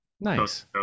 Nice